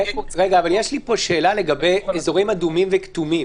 יש לי פה שאלה לגבי אזורים אדומים וכתומים.